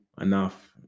enough